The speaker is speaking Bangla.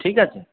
ঠিক আছে